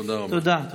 תודה רבה.